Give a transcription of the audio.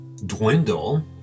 dwindle